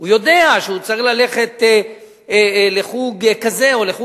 הוא יודע שהוא צריך ללכת לחוג כזה או לחוג